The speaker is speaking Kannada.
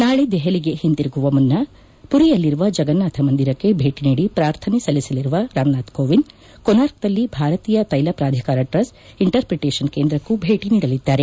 ನಾಳೆ ದೆಹಲಿಗೆ ಹಿಂತಿರುಗುವ ಮುನ್ನ ಪುರಿಯಲ್ಲಿರುವ ಜಗನ್ನಾಥ ಮಂದಿರಕ್ಕೆ ಭೇಟಿ ನೀದಿ ಪ್ರಾರ್ಥನೆ ಸಲ್ಲಿಸಲಿರುವ ರಾಮನಾಥ್ ಕೋವಿಂದ್ ಕೊನಾರ್ಕ್ನಲ್ಲಿ ಭಾರತೀಯ ತೈಲ ಪ್ರಾಧಿಕಾರ ಟ್ರಸ್ಟ್ ಇಂಟರ್ಪ್ರಿಟೇಷನ್ ಕೇಂದ್ರಕ್ನೂ ಭೇಟಿ ನೀಡಲಿದ್ದಾರೆ